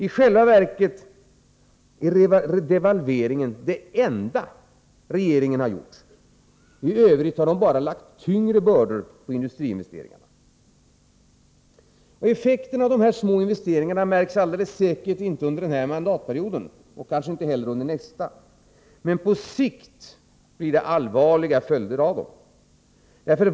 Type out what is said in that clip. I själva verket är devalveringen det enda regeringen har gjort. I övrigt har den bara lagt tyngre bördor på industriinvesteringarna. Effekterna av dessa små investeringar märks alldeles säkert inte under denna mandatperiod och kanske inte heller under nästa. Men på sikt blir det allvarliga följder av dem.